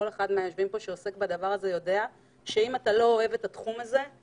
כל אחד מהיושבים פה יודע שאם אתה לא אוהב את תחום ספורט באופן ספציפי,